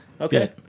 Okay